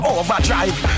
overdrive